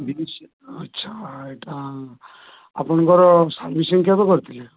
ବି B C L ଆଚ୍ଛା ଏଟା ଆପଣଙ୍କର ସର୍ଭିସିଂ କେବେ କରିଥିଲେ